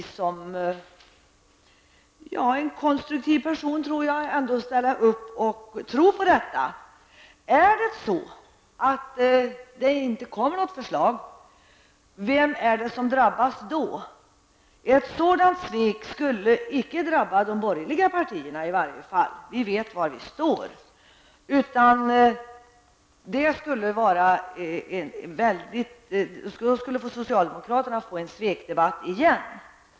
Som en konstruktiv person vill jag tro på detta. Om det inte kommer något förslag, vem är det som i så fall drabbas? Ett sådant svek skulle varje fall icke drabba de borgerliga partierna -- vi vet var vi står -- utan då skulle socialdemokraterna få en svekdebatt igen.